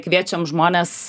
kviečiam žmones